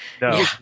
No